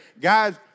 guys